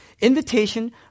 Invitation